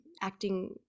acting